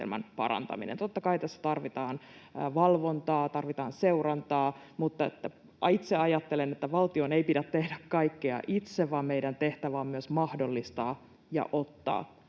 parantaminen. Totta kai tässä tarvitaan valvontaa ja tarvitaan seurantaa, mutta itse ajattelen, että valtion ei pidä tehdä kaikkea itse vaan meidän tehtävä on myös mahdollistaa ja ottaa